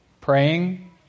praying